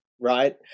Right